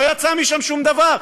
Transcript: לא יצא משם שום דבר,